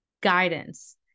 guidance